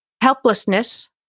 helplessness